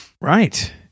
Right